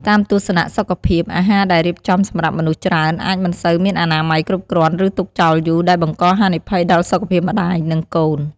តាមទស្សនៈសុខភាព អាហារដែលរៀបចំសម្រាប់មនុស្សច្រើនអាចមិនសូវមានអនាម័យគ្រប់គ្រាន់ ឬទុកចោលយូរ ដែលបង្កហានិភ័យដល់សុខភាពម្តាយ និងកូន។